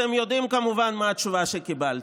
אתם יודעים, כמובן, מה התשובה שקיבלתי: